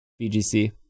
BGC